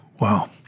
Wow